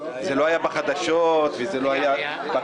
זה לא היה בחדשות, וזה לא היה בכותרות.